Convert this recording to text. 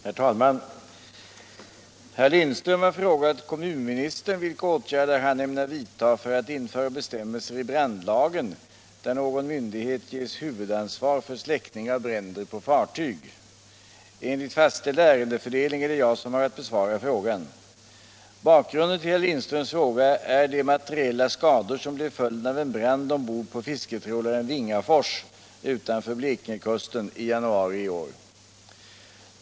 Herr talman! Herr Lindström har frågat kommunministern vilka åtgärder han ämnar vidta för att införa bestämmelser i brandlagen där någon myndighet ges huvudansvar för släckning av bränder på fartyg. Enligt fastställd ärendefördelning är det jag som har att besvara frågan. Bakgrunden till herr Lindströms fråga är de materiella skador som blev följden av en brand ombord på fisketrålaren Vingafors utanför Blekingekusten i januari i år.